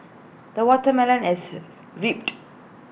the watermelon has reaped